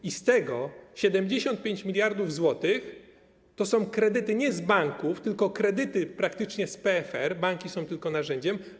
I z tego 75 mld zł to są kredyty nie z banków, tylko kredyty praktycznie z PFR, banki są tylko narzędziem.